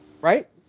right